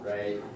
Right